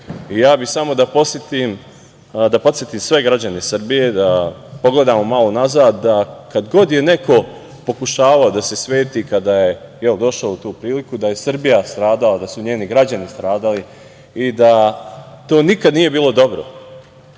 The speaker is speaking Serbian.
bih samo da podsetim sve građane Srbije da pogledamo malo nazad, da kada god je neko pokušavao da se sveti, kada je došao u tu priliku, da je Srbija stradala, da su njeni građani stradali i da to nikad nije bilo dobro.